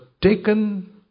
taken